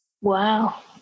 Wow